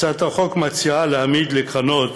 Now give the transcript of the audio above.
הצעת החוק מציעה להעמיד לקרנות